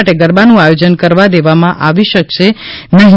માટે ગરબાનું આયોજન કરવા દેવામાં આવી શકે નહી